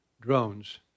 drones